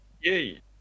Yay